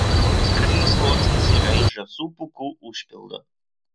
o paskutinis sluoksnis yra iš žąsų pūkų užpildo